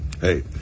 hey